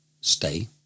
stay